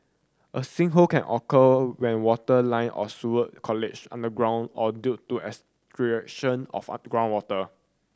a sinkhole can occur when water line or sewer college underground or due to extraction of groundwater